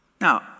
Now